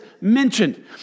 mentioned